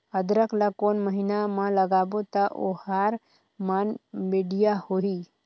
अदरक ला कोन महीना मा लगाबो ता ओहार मान बेडिया होही?